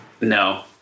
No